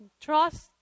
Trust